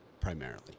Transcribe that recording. primarily